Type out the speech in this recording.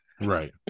Right